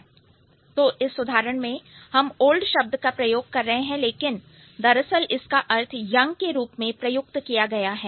तो इस उदाहरण में हम ओल्ड शब्द का प्रयोग कर रहे हैं लेकिन दरअसल इसका अर्थ यंग के रूप में प्रयुक्त किया गया है